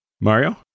Mario